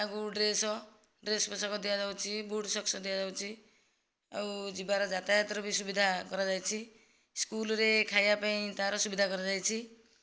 ତା'ଙ୍କୁ dress dress ପୋଷାକ ଦିଆଯାଉଛି boot socks ଦିଆଯାଉଛି ଆଉ ଯିବାର ଯାତାୟାତ ର ବି ସୁବିଧା କରାଯାଇଛି ସ୍କୁଲ୍ରେ ଖାଇବା ପାଇଁ ତା'ର ସୁବିଧା କରାଯାଇଛି